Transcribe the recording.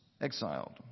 exiled